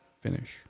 finish